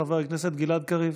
חבר הכנסת גלעד קריב,